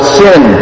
sin